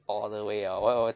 all the way ah wha~ wha~